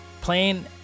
playing